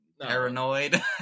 paranoid